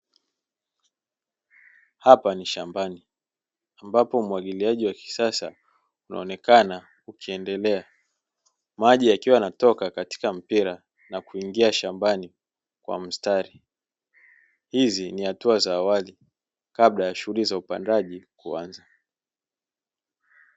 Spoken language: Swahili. Hapa ni shambani, ambapo umwagiliaji wa kisasa unaonekana ukiendelea, maji yakiwa yanatoka katika mpira na kuingia shambani kwa mstari. Hizi ni hatua za awali kabla ya shughuli za upandaji kuanza.